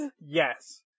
Yes